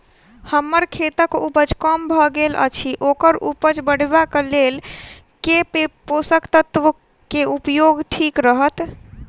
हम्मर खेतक उपज कम भऽ गेल अछि ओकर उपज बढ़ेबाक लेल केँ पोसक तत्व केँ उपयोग ठीक रहत?